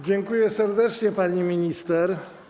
Dziękuję serdecznie, pani minister.